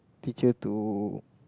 teacher to